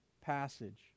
passage